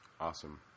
Awesome